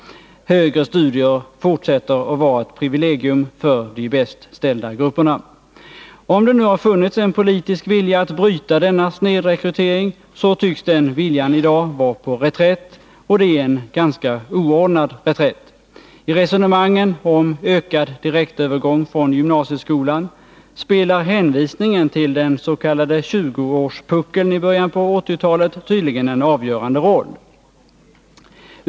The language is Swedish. Högre studier fortsätter att vara ett privilegium för de bäst ställda grupperna. Om det nu har funnits en politisk vilja att bryta denna snedrekrytering, tycks den viljan i dag vara på Nr 159 reträtt, och det är en ganska oordnad reträtt. Torsdagen den I resonemangen om ökad direktövergång från gymnasieskolan spelar 4 juni 1981 hänvisningen till den s.k. tjugoårspuckeln i början på 1980-talet tydligen en avgörande roll.